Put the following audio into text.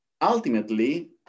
ultimately